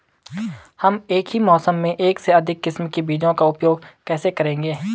हम एक ही मौसम में एक से अधिक किस्म के बीजों का उपयोग कैसे करेंगे?